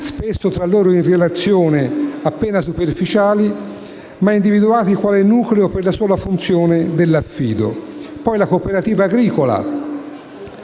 spesso tra loro in relazioni appena superficiali, ma individuati quale nucleo per la sola funzione dell'affido. Poi la cooperativa agricola,